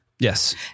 Yes